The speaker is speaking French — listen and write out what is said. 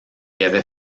avait